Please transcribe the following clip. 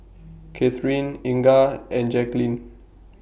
Katheryn Inga and Jaqueline